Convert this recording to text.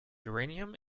uranium